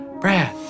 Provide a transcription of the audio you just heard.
Brad